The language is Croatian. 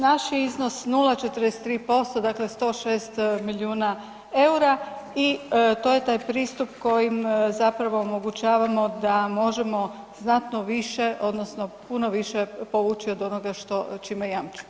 Naš je iznos 0,43% dakle 106 milijuna eura i to je taj pristup kojim zapravo omogućavamo da možemo znatno više odnosno puno više povući od onoga što čime jamčimo.